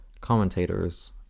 commentators